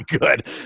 good